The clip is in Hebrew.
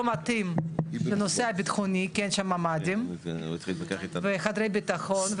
לא מתאים לנושא הבטחוני כי אין שם ממ"דים וחדרי בטחון,